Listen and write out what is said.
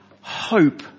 hope